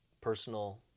personal